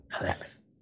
Alex